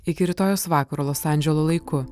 iki rytojaus vakaro los andželo laiku